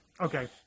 Okay